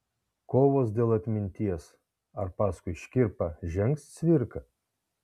kovos dėl atminties ar paskui škirpą žengs cvirka